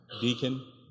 deacon